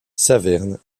saverne